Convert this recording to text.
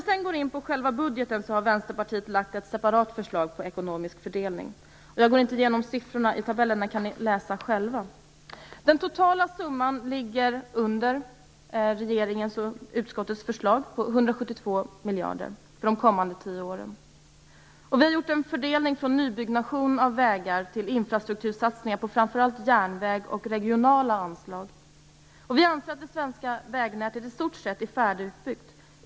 Vänsterpartiet har lagt fram ett separat förslag på ekonomisk fördelning i budgeten. Jag går inte igenom siffrorna i tabellen, utan dem kan ni läsa själva. Den totala summan ligger under regeringens och utskottets förslag på 172 miljarder för de kommande tio åren. Vänsterpartiet har gjort en fördelning från nybyggnation av vägar till infrastruktursatsningar på framför allt järnväg och regionala anslag. Vi i Vänsterpartiet anser att det svenska vägnätet i stort sett är färdigbyggt.